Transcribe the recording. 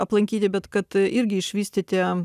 aplankyti bet kad irgi išvystyti